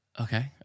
Okay